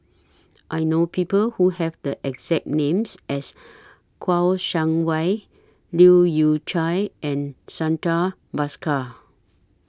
I know People Who Have The exact Names as Kouo Shang Wei Leu Yew Chye and Santha Bhaskar